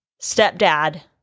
stepdad